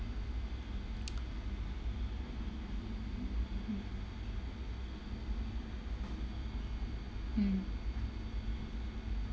mm